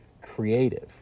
creative